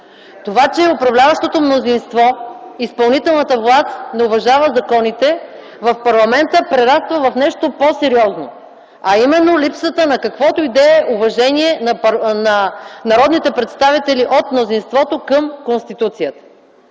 Това, че управляващото мнозинство, изпълнителната власт не уважава законите, в парламента прераства в нещо по-сериозно, а именно липсата на каквото и да е уважение на народните представители от мнозинството към Конституцията.